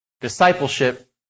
Discipleship